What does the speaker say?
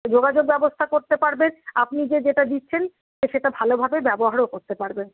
যোগাযোগ ব্যবস্থা করতে পারবেন আপনি যে যেটা দিচ্ছেন সেটা ভালোভাবে ব্যবহারও করতে পারবেন